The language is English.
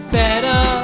better